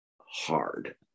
hard